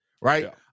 right